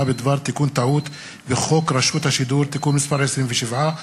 בדבר תיקון טעות בחוק רשות השידור (תיקון מס' 27),